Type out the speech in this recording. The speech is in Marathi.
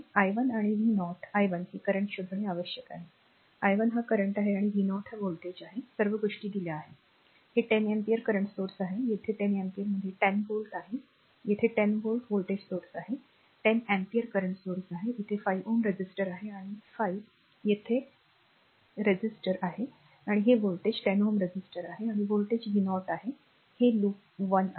i 1 आणि v0 i 1 हे current शोधणे आवश्यक आहे i 1 हा करंट आहे आणि v0 हा व्होल्टेज आहे सर्व गोष्टी दिल्या आहेत हे 10 अँपिअर करंट स्त्रोत आहे येथे 10 अँपिअरमध्ये 10 व्होल्ट आहे येथे 10 व्होल्ट व्होल्टेज स्त्रोत आहे 10 एम्पीयर करंट सोर्स आहे इथे 5 Ω रेझिस्टर आहे 5 येथे Ω रेझिस्टर आणि हे व्होल्टेज हे 10 Ω रेझिस्टर आहे व्होल्टेज v0 आहे हे लूप वन आहे